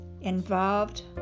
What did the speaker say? involved